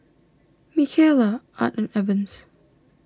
Mikaela Art and Evans